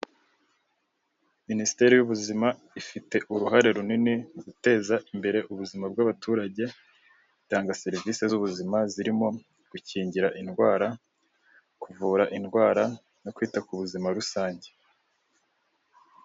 Minisiteri y'ubuzima ifite uruhare runini mu guteza imbere ubuzima bw'abaturage, itanga serivisi z'ubuzima zirimo: gukingira indwara, kuvura indwara no kwita ku buzima rusange.